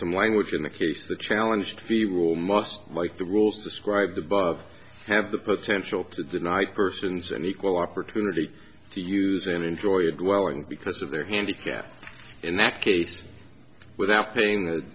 some language in the case the challenge to the rule most like the rules described above have the potential to deny persons an equal opportunity to use and enjoy a dwelling because of their handicap in that case without paying the